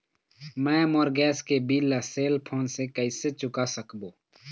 मैं मोर गैस के बिल ला सेल फोन से कइसे चुका सकबो?